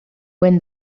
when